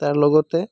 আৰু লগতে